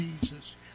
Jesus